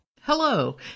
Hello